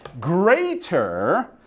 greater